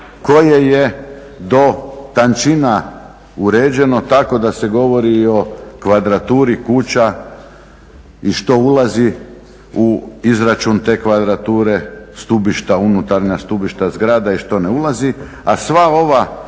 koje je do tančina uređeno tako da se govori i o kvadraturi kuća i što ulazi u izračun te kvadrature, stubišta, unutarnja stubišta zgrada i što ne ulazi, a sva ova